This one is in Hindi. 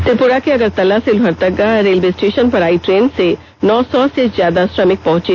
त्रिपुरा के अगरतल्ला से लोहरदगा रेलवे स्टेषन पर आई ट्रेन से नौ सौ से ज्यादा श्रमिक पहंचे